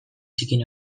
zikin